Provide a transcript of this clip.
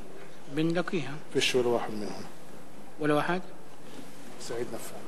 חברי חברי הכנסת, הצעת החוק הזאת